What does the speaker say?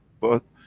but,